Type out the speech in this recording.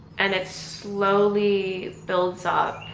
and it slowly builds up